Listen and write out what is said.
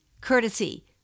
courtesy